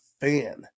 Fan